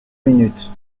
minutes